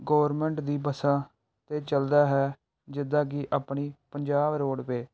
government ਦੀ ਬੱਸਾਂ 'ਤੇ ਚੱਲਦਾ ਹੈ ਜਿੱਦਾਂ ਕਿ ਆਪਣੀ ਪੰਜਾਬ ਰੋਡਵੇ